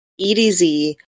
EDZ